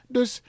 Dus